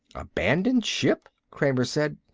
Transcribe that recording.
abandon ship? kramer said.